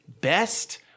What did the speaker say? best